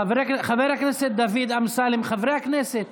חבר הכנסת דוד אמסלם, חברי הכנסת,